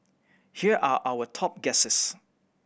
here are our top guesses